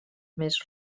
més